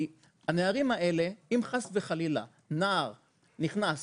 אם חס וחלילה נער נכנס